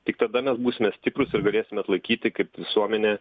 tik tada mes būsime stiprūs ir galėsime atlaikyti kaip visuomenė